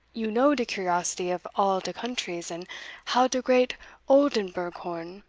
you know de curiosity of all de countries, and how de great oldenburgh horn,